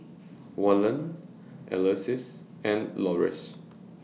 Waylon Alyse and Loris